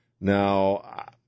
Now